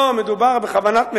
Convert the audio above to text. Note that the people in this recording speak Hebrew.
לא, מדובר בכוונת מכוון,